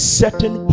certain